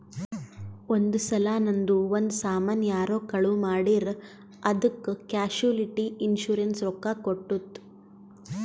ಒಂದ್ ಸಲಾ ನಂದು ಒಂದ್ ಸಾಮಾನ್ ಯಾರೋ ಕಳು ಮಾಡಿರ್ ಅದ್ದುಕ್ ಕ್ಯಾಶುಲಿಟಿ ಇನ್ಸೂರೆನ್ಸ್ ರೊಕ್ಕಾ ಕೊಟ್ಟುತ್